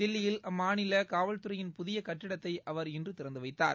தில்லியில் அம்மாநிலகாவல் துறையின் புதியகட்டிடத்தைஅவர் இன்றுதிறந்துவைத்தார்